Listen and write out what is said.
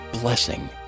blessing